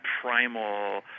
primal